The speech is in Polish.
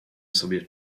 sobie